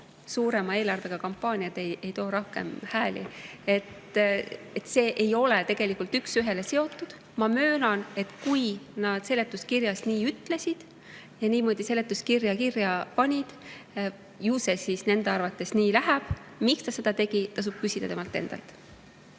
suurema eelarvega kampaaniad ei too rohkem hääli. See ei ole tegelikult üks ühele seotud. Ma möönan, et kui nad seletuskirjas nii ütlesid, niimoodi seletuskirja kirja panid, ju see siis nende arvates nii läheb. Miks [minister] seda tegi, tasub küsida temalt endalt.